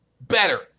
Better